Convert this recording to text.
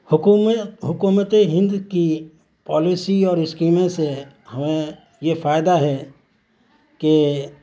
حکومت ہند کی پالیسی اور اسکیمیں سے ہمیں یہ فائدہ ہے کہ